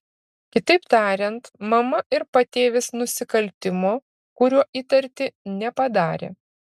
kitaip tariant mama ir patėvis nusikaltimo kuriuo įtarti nepadarė